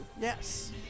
Yes